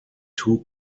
two